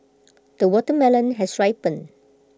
the watermelon has ripened